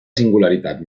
singularitat